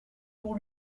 pour